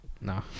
No